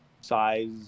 size